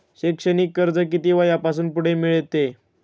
शैक्षणिक कर्ज किती वयापासून पुढे मिळते?